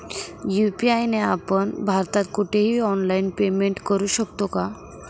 UPI ने आपण भारतात कुठेही ऑनलाईन पेमेंट करु शकतो का?